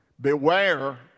Beware